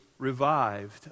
Revived